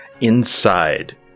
Inside